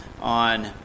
on